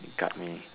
you got me